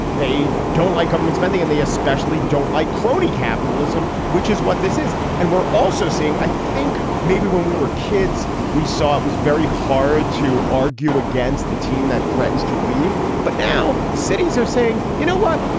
they don't like government spending and they especially don't like crony capitalism, which is what this is. and we're also seeing i think maybe when we were kids, we saw it was very hard to argue against the team that threatens to leave. but now cities are saying, you know what?